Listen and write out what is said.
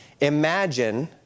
imagine